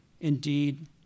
indeed